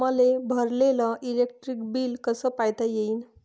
मले भरलेल electric bill कस पायता येईन?